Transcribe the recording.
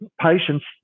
patients